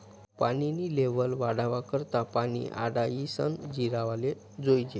पानी नी लेव्हल वाढावा करता पानी आडायीसन जिरावाले जोयजे